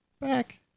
back